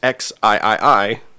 xiii